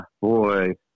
boy